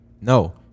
No